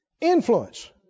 influence